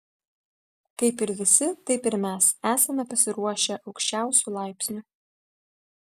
kaip ir visi taip ir mes esame pasiruošę aukščiausiu laipsniu